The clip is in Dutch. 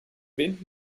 wind